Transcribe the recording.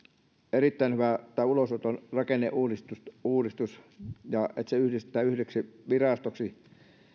erittäin hyvä tämä ulosoton rakenneuudistus että se yhdistetään yhdeksi virastoksi